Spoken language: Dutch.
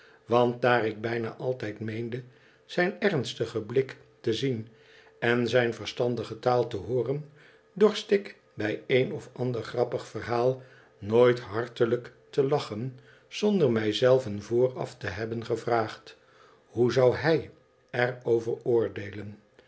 want daar ik bijna altijd meende zijn ernstigen blik te zien en zijn verstandige taal te hooren dorst ik bij een of ander grappig verhaal nooit hartelijk te lachen zonder mij zelven vooraf to hebben gevraagd hoe zou hij er over oordeelen